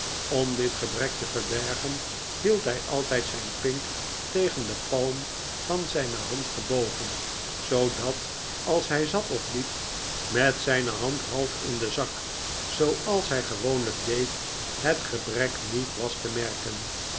om dit gebrek te verbergen hield hij altijd zijn pink tegen de palm van zijne hand gebogen zoodat als hij zat of liep met zijne hand half in den zak zooals hij gewoonlijk deed het gebrek niet was te merken